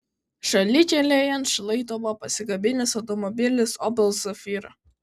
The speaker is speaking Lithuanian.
šalikelėje ant šlaito buvo pasikabinęs automobilis opel zafira